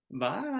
Bye